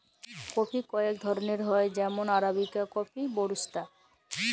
coffee কয়েক ধরলের হ্যয় যেমল আরাবিকা কফি, রবুস্তা